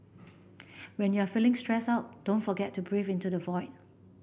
when you are feeling stressed out don't forget to breathe into the void